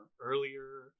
earlier